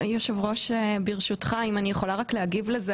היושב-ראש, ברשותך, אם אני יכולה רק להגיב לזה.